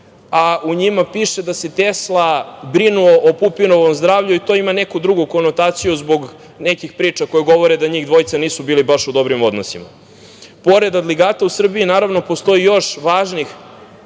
a u njima piše da se Tesla brinuo o Pupinovom zdravlju i to ima neku drugu konotaciju zbog nekih priča koje govore da njih dvojica nisu bili baš u dobrim odnosima. Pored Adligata u Srbiji naravno da postoji još važnih